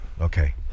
Okay